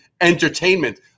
entertainment